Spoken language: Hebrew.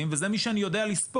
וזה מי שאני יודע לספור.